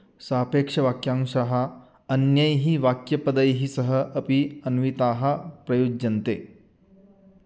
सापेक्षवाक्यांशः अन्यैः वाक्यपदैः सह अपि अन्विताः प्रयुज्यन्ते